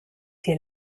dir